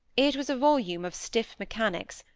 it was a volume of stiff mechanics,